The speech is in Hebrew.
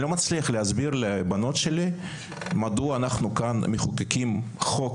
אני לא מצליח להסביר לבנות שלי מדוע אנחנו מחוקקים חוק